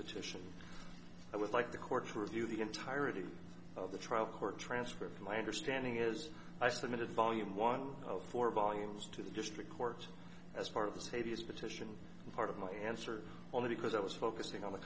petition i would like the court to review the entirety of the trial court transcript my understanding is i submitted volume one of four volumes to the district court as part of the status petition and part of my answer only because i was focusing on the